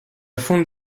fonte